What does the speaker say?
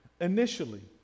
initially